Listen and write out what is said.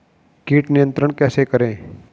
कीट नियंत्रण कैसे करें?